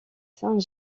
saint